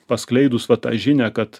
paskleidus va tą žinią kad